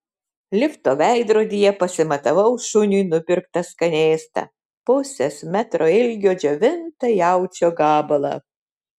lifto veidrodyje pasimatavau šuniui nupirktą skanėstą pusės metro ilgio džiovintą jaučio gabalą